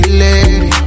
lady